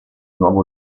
nuovo